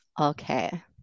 Okay